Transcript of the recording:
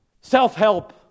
self-help